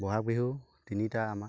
বহাগ বিহু তিনিটা আমাৰ